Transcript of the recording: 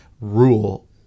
rule